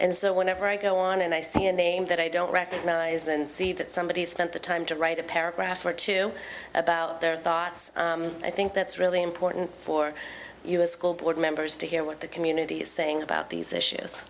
and so whenever i go on and i see a name that i don't recognize and see that somebody's spent the time to write a paragraph or two about their thoughts i think that's really important for us school board members to hear what the community is saying about these issues